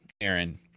Aaron